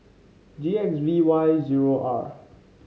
G X V Y zero R